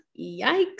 yikes